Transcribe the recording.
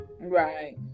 Right